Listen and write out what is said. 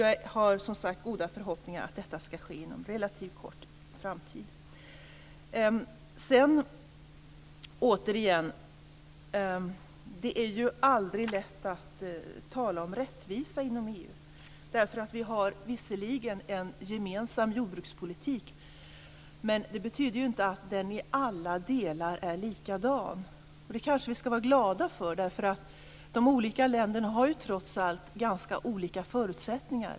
Jag har som sagt goda förhoppningar om att detta skall kunna ske inom en relativt snar framtid. Det är ju aldrig lätt att tala om rättvisa inom EU. Vi har visserligen en gemensam jordbrukspolitik, men det betyder ju inte att den är likadan i alla delar. Det skall vi kanske vara glada för. De olika länderna har ju trots allt ganska olika förutsättningar.